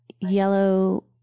yellow